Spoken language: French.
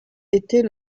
était